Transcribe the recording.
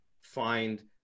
find